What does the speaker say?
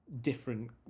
different